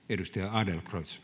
ärade